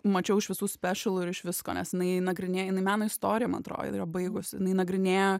mačiau iš visų spešalų ir iš visko nes jinai nagrinėja jinai meno istoriją man atrodo yra baigus jinai nagrinėja